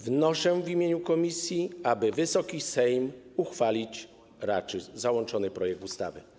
Wnoszę w imieniu komisji, aby Wysoki Sejm uchwalić raczył załączony projekt ustawy.